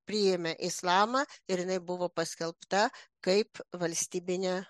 priėmė islamą ir jinai buvo paskelbta kaip valstybinė